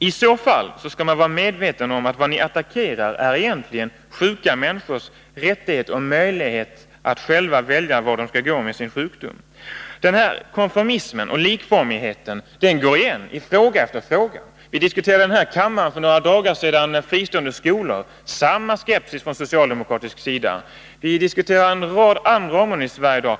I så fall bör ni vara medvetna om att vad ni attackerar egentligen är sjuka människors rättighet och möjlighet att själva välja vart de skall gå med sin sjukdom. Konformism och likformighet går igen i fråga efter fråga. Vi diskuterade i den här kammaren för några dagar sedan fristående skolor. Där var det samma skepsis från socialdemokratisk sida. Vi har diskuterat en rad andra områden i Sverige i dag.